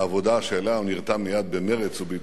שאליה הוא נרתם מייד במרץ ובהתלהבות,